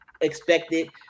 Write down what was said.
expected